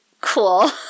cool